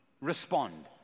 respond